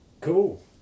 Cool